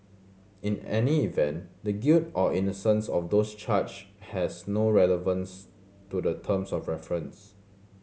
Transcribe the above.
in any event the guilt or innocence of those charged has no relevance to the terms of reference